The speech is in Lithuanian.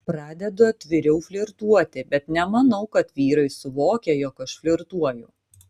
pradedu atviriau flirtuoti bet nemanau kad vyrai suvokia jog aš flirtuoju